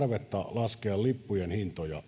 laskea lippujen hintoja